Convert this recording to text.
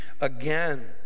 again